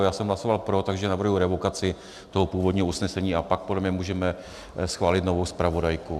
Já jsem hlasoval pro, takže navrhuji revokaci toho původního usnesení a pak podle mě můžeme schválit novou zpravodajku.